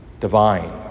Divine